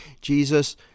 Jesus